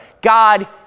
God